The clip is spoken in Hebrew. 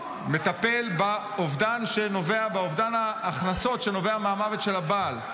מטפלים באובדן ההכנסות שנובע מהמוות של הבעל.